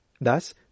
Thus